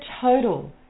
total